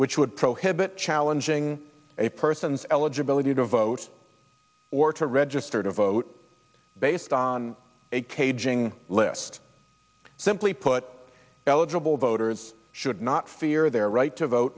which would prohibit challenging a person's eligibility to vote or to register to vote based on a cage ing list simply put eligible voters should not fear their right to vote